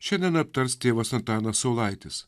šiandien aptars tėvas antanas saulaitis